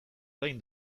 orain